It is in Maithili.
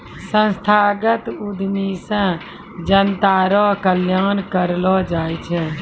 संस्थागत उद्यमी से जनता रो कल्याण करलौ जाय छै